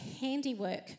handiwork